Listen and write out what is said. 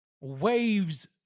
waves